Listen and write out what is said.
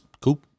Cool